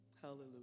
hallelujah